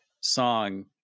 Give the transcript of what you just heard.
song